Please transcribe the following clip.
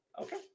Okay